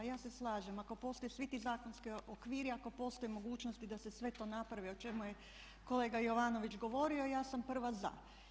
Ja se slažem ako postoje svi ti zakonski okviri, ako postoje mogućnosti da se sve to napravi o čemu je kolega Jovanović govorio ja sam prva za.